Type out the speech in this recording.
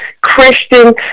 Christian